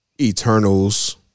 Eternals